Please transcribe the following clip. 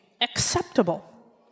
acceptable